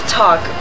talk